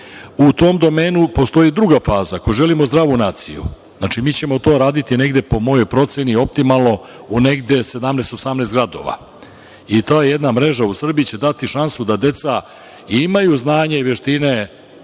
tom domenu postoji druga faza. Ako želimo zdravu naciju, mi ćemo to raditi negde po mojoj proceni optimalno u negde 17, 18 gradova. Ta jedna mreža u Srbiji će dati šansu da deca imaju znanje i veštine